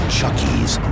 Chucky's